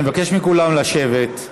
אני מבקש מכולם לשבת.